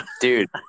dude